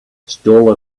stall